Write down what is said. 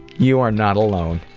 you are not alone.